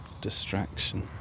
distraction